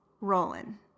rolling